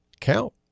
count